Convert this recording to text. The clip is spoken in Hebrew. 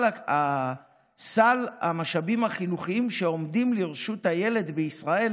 וסל המשאבים החינוכיים שעומדים לרשות הילד בישראל